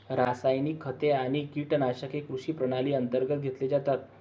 रासायनिक खते आणि कीटकनाशके कृषी प्रणाली अंतर्गत घेतले जातात